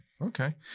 Okay